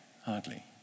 hardly